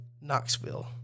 Knoxville